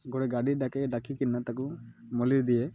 ଗୋଟେ ଗାଡ଼ି ତାଙ୍କେ ଡାକିକିନା ତାକୁ ମଲେଇ ଦିଏ